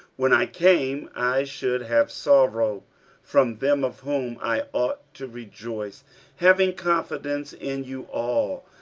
when i came, i should have sorrow from them of whom i ought to rejoice having confidence in you all,